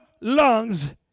lungs